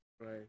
Right